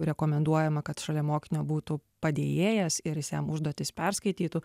rekomenduojama kad šalia mokinio būtų padėjėjas ir jis jam užduotis perskaitytų